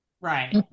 right